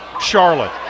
Charlotte